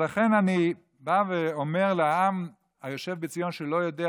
ולכן אני בא ואומר לעם היושב בציון, שלא יודע: